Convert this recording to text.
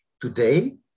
Today